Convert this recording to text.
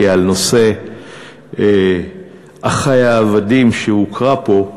כי על נושא אחי העבדים שהוקרא פה,